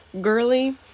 girly